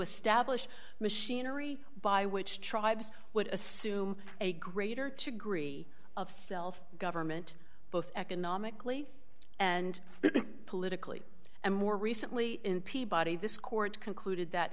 establish machinery by which tribes would assume a greater to agree of self government both economically and politically and more recently in peabody this court concluded that